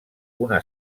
una